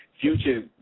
future